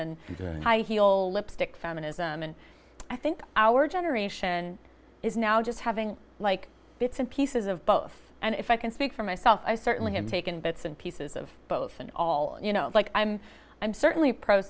the high heel lipstick feminism and i think our generation is now just having like bits and pieces of both and if i can speak for myself i certainly have taken bits and pieces of both and all you know like i'm i'm certainly pro